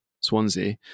Swansea